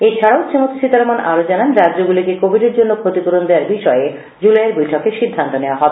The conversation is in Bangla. এছাড়া শ্রীমতি সীতারামন আরও জানান রাজ্যগুলিকে কোভিডের জন্য ফ্ষতিপূরণ দেওয়ার বিষয়ে জুলাইয়ের বৈঠকে সিদ্ধান্ত নেওয়া হবে